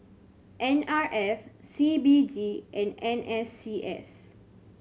N R F C B D and N S C S